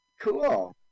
Cool